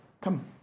come